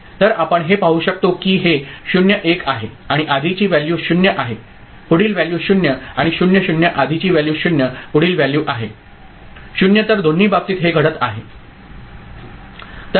तर आपण हे पाहू शकतो की हे 0 1 आहे आणि आधीची व्हॅल्यू 0 आहे पुढील व्हॅल्यू 0 आणि 0 0 आधीची व्हॅल्यू 0 पुढील व्हॅल्यू आहे 0 तर दोन्ही बाबतीत हे घडत आहे